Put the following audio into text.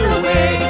away